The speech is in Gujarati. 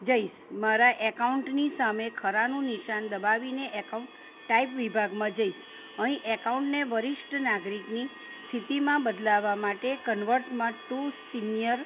જઈશ મારા એકાઉન્ટની સામે ખરાનું નિશાન દબાવીને એકાઉન્ટ ટાઈપ વિભાગમાં જઈશ અહીં એકાઉન્ટને વરિષ્ઠ નાગરિકની સ્થિતિમાં બદલાવવા માટે કન્વર્ટમાં ટુ સિનિયર